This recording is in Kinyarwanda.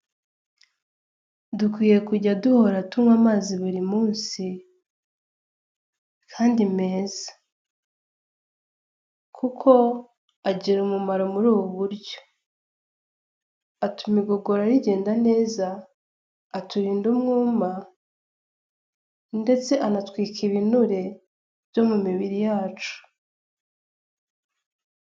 Dukwiye kujya duhora tunywa amazi buri munsi kandi meza, kuko agira umumaro muri ubu buryo: atuma igogora rigenda neza, aturinda umwuma, ndetse anatwika ibinure byo mu mibiri yacu.